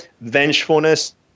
vengefulness